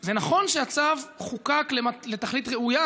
זה נכון שהצו חוקק לתכלית ראויה,